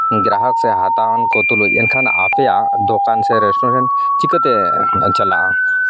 ᱜᱨᱟᱦᱚᱠ ᱥᱮ ᱦᱟᱛᱟᱣᱟᱱ ᱠᱚ ᱛᱩᱞᱩᱪ ᱮᱱᱠᱷᱟᱱ ᱟᱯᱮᱭᱟᱜ ᱫᱚᱠᱟᱱ ᱥᱮ ᱨᱮᱥᱴᱩᱨᱮᱱᱴ ᱪᱤᱠᱟᱹᱛᱮ ᱫᱚ ᱪᱟᱞᱟᱜᱼᱟ